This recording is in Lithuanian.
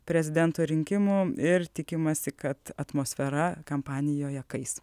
prezidento rinkimų ir tikimasi kad atmosfera kampanijoje kais